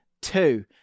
two